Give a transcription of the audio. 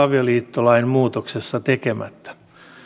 avioliittolain muutoksessa tekemättä